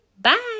Bye